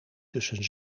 tussen